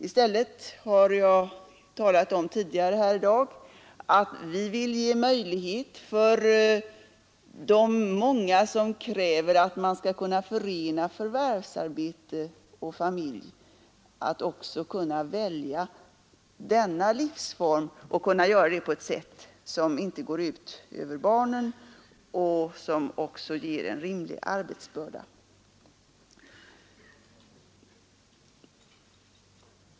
I stället har jag tidigare här i dag talat om att vi vill ge möjlighet för de många som kräver att man skall kunna förena förvärvsarbete med familj att också kunna välja denna livsform och göra det på ett sätt som inte går ut över barnen och som sedan också ger en rimlig arbetsbörda.